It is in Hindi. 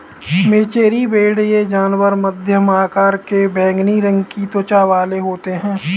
मेचेरी भेड़ ये जानवर मध्यम आकार के बैंगनी रंग की त्वचा वाले होते हैं